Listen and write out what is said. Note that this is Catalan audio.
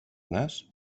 nas